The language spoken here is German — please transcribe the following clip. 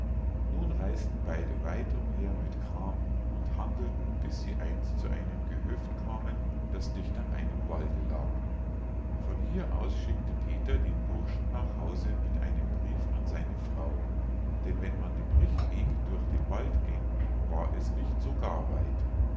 nun reis'ten beide weit umher mit kram und handelten bis sie einst zu einem gehöft kamen das dicht an einem walde lag von hier aus schickte peter den burschen nach hause mit einem brief an seine frau denn wenn man den richtweg durch den wald ging war es nicht so gar weit